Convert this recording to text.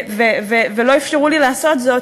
ולא אפשרו לי לעשות זאת,